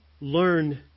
learn